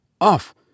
off